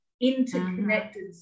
interconnected